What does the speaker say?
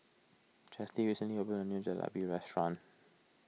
Chesley recently opened a new Jalebi restaurant